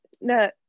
no